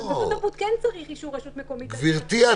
מוסדות תרבות כן צריך אישור של רשות מקומית --- גברתי,